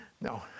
No